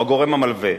או הגורם המלווה.